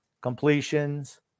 completions